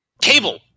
Cable